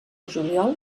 juliol